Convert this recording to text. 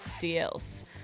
deals